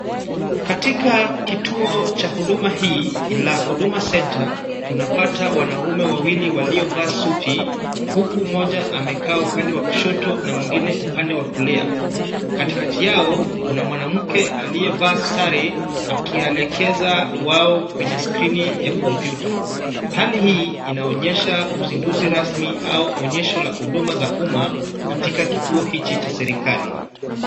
Katika kituo cha huduma hii la huduma centre, tunapata wanaume wawili waliovaa suti huku mmoja amekaa upande wa kushoto na mwingine upande wa kulia. Katikati yao kuna mwanamke aliyevaa sare akiyalekeza wao kwenye skrini ya komputa. Hali hii inaonyesha uzinduzi rasmi au onyesho la huduma za umma katika kituo hichi cha serekali.